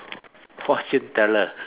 fortune teller